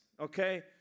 okay